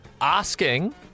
asking